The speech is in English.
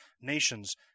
nations